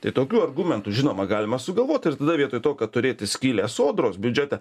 tai tokių argumentų žinoma galima sugalvot ir tada vietoj to kad turėti skylę sodros biudžete